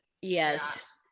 Yes